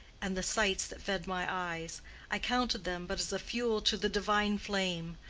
and the sights that fed my eyes i counted them but as fuel to the divine flame.